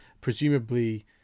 presumably